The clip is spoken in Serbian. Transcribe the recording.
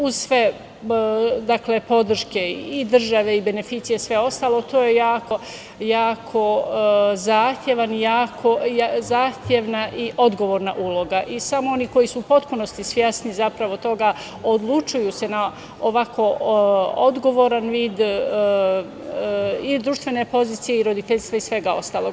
Uz sve podrške i države i beneficije i sve ostalo to je jako zahtevna i odgovorna uloga i samo oni koji su u potpunosti svesni zapravo toga odlučuju se na ovako odgovoran vid i društvene pozicije i roditeljstva i svega ostalog.